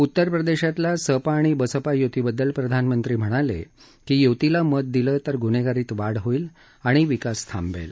उत्तरप्रदेशातल्या सपा आणि बसपा युतिबद्दल प्रधानमंत्री म्हणाले की युतीला मत दिलं तर गुन्हेगारीत वाढ होईल आणि विकास थांबेल